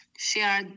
Share